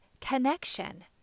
connection